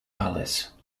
palace